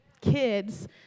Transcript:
kids